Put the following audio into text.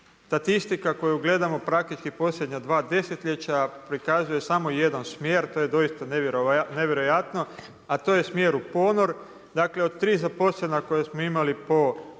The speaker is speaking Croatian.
statistika koju gledamo, praktički posljednja 2 desetljeća, prikazuje samo jedan smjer, to je doista nevjerojatno, a to je smjer u ponor, dakle od 3 zaposlena koja smo imali po